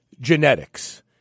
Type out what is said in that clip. genetics